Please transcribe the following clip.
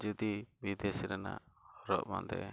ᱡᱩᱫᱤ ᱵᱤᱫᱮᱥ ᱨᱮᱱᱟᱜ ᱦᱚᱨᱚᱜᱼᱵᱟᱸᱫᱮ